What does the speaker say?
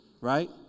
right